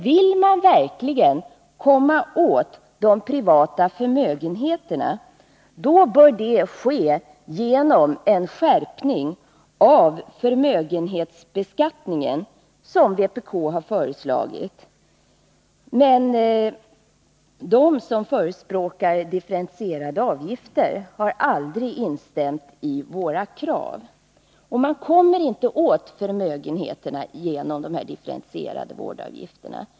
Vill man verkligen komma åt de privata förmögenheterna bör det ske genom en skärpning av förmögenhetsbeskattningen, som vpk har föreslagit. Men de som förespråkar differentierade avgifter har aldrig instämt i våra krav. Man kommer inte åt förmögenheterna genom de differentierade vårdavgifterna.